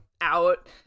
out